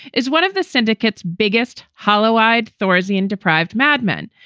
is one of the syndicate's biggest hollow eyed thorazine deprived madmen.